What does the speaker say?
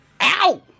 Ow